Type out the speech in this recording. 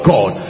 God